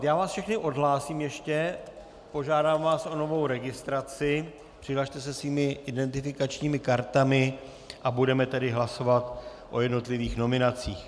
Já vás ještě všechny odhlásím, požádám vás o novou registraci, přihlaste se svými identifikačními kartami a budeme hlasovat o jednotlivých nominacích.